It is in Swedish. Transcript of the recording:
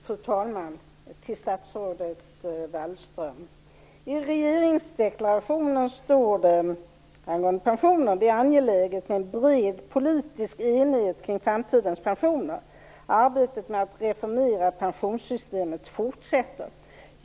Fru talman! Jag vill ställa en fråga till statsrådet I regeringsdeklarationen står det angående pensionerna: "Det är angeläget med en bred politisk enighet kring framtidens pensioner. Arbetet med att reformera pensionssystemet fortsätter."